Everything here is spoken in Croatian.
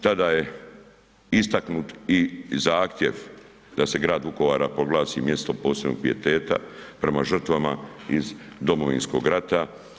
Tada je istaknut i zahtjev da se grad Vukovar proglasi mjestom od posebnog pijeteta prema žrtvama iz Domovinskog rata.